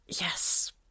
yes